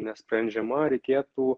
nesprendžiama reikėtų